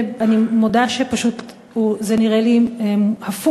אני מודה שפשוט זה נראה לי הפוך,